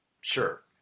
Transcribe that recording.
sure